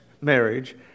marriage